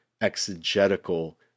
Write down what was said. exegetical